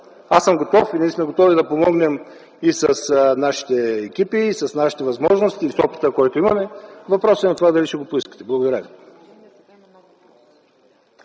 Аз съм готов и ние сме готови да помогнем и с нашите екипи, и с нашите възможности, и с опита, който имаме. Въпросът е в това дали ще го поискате. Благодаря ви.